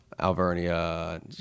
alvernia